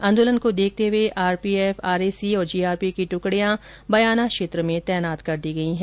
आंदोलन को देखते हुए आरपीएफ आरएसी और जीआरपी की ट्कड़ियां बयाना क्षेत्र में तैनात कर दी गई हैं